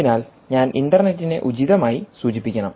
അതിനാൽ ഞാൻ ഇൻറർനെറ്റിനെ ഉചിതമായി സൂചിപ്പിക്കണം